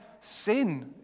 sin